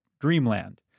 Dreamland